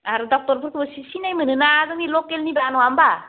आरो ड'क्टरफोरखौबो सिनायमोनो ना जोंनि लकेलनि दा नङा होमब्ला